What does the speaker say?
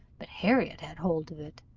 but harriot had hold of it.